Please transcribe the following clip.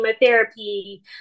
chemotherapy